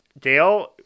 Dale